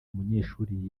umunyeshuri